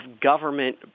government